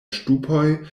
ŝtupoj